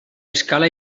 escala